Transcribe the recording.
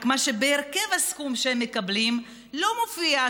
רק שבהרכב הסכום שהם מקבלים לא מופיעה